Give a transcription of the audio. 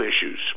issues